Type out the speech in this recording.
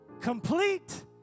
complete